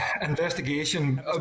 investigation